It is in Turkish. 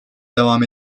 devam